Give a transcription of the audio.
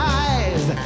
eyes